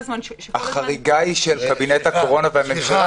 החריגה היא של קבינט הקורונה והממשלה.